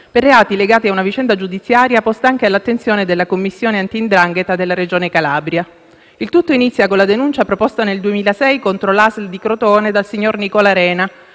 per reati legati ad una vicenda giudiziaria posta anche all'attenzione dalla commissione contro la 'ndrangheta della Regione Calabria. Il tutto inizia con la denuncia proposta nel 2006 contro l'ASL di Crotone dal signor Nicola Arena,